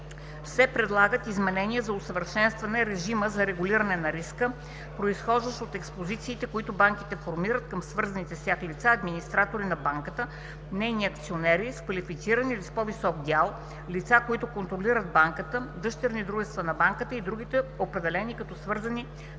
се предлагат изменения за усъвършенстване режима за регулиране на риска, произтичащ от експозициите, които банките формират към свързани с тях лица – администратори на банката, нейни акционери с квалифициран или по-висок дял, лица, които контролират банката, дъщерни дружества на банката и другите определени като свързани с